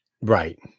right